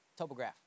Topograph